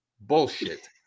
bullshit